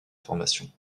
formations